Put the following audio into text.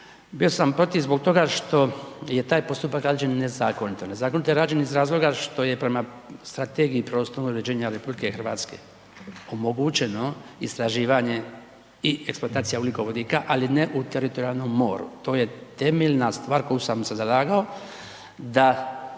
Bio sam protiv zbog toga što je taj postupak rađen nezakonito, nezakonito je rađen iz razloga što je prema Strategiji prostornog uređenja RH omogućeno istraživanje i eksploatacija ugljikovodika ali ne u teritorijalnom moru, to je temeljna stvar za koju sam se zalagao da